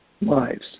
lives